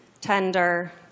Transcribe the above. tender